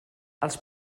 els